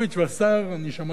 אני שמעתי במו-אוזני,